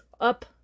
up